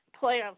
playoffs